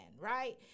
right